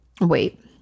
Wait